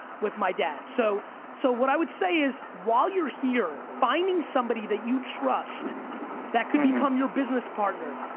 with my dad, so so what i would say is, while you're here, finding somebody that you trust that could become your business partner,